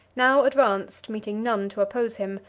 now advanced, meeting none to oppose him,